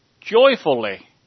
joyfully